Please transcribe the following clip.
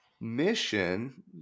mission